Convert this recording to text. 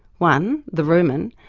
one, the rumen,